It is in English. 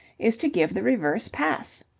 is to give the reverse pass.